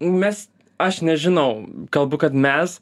mes aš nežinau kalbu kad mes